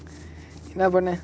என்னா பன்ன:ennaa panna